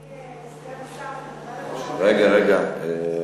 אדוני סגן השר, רגע, רגע, שנייה.